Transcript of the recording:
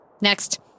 Next